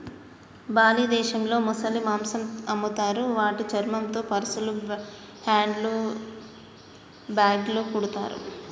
Bali దేశంలో ముసలి మాంసం అమ్ముతారు వాటి చర్మంతో పర్సులు, హ్యాండ్ బ్యాగ్లు కుడతారు